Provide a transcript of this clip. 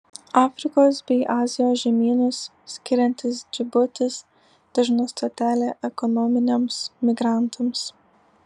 afrikos bei azijos žemynus skiriantis džibutis dažna stotelė ekonominiams migrantams